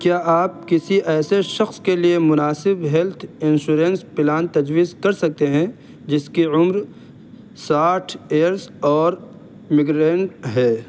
کیا آپ کسی ایسے شخص کے لیے مناسب ہیلتھ انشورنس پلان تجویز کر سکتے ہیں جس کی عمر ساٹھ ایئرس اور مگرین ہے